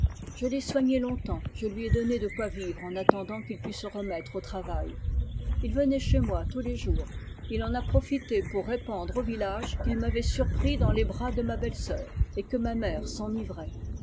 je l'ai soigné longtemps je lui ai donné de quoi vivre i attendant qu'il pût se remettre au travail l venait chez moi tous les jours il en a pro s le vol nuptul pour répandre au village qu'il m'avait surpris dans les bras de ma belle-sœur et que ma mère s'enivrait